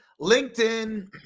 LinkedIn